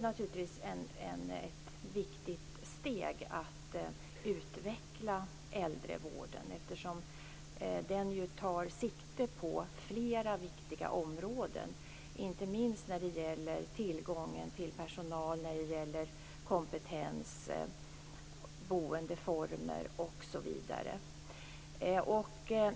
Naturligtvis är det ett viktigt steg att utveckla äldrevården, eftersom den tar sikte på flera viktiga områden - inte minst tillgång till personal, kompetens, boendeformer osv.